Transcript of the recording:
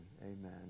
Amen